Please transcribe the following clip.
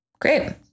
Great